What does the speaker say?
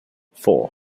four